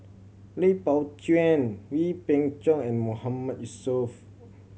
Lui Pao Chuen Wee Beng Chong and Mahmood Yusof